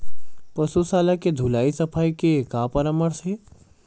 पशु शाला के धुलाई सफाई के का परामर्श हे?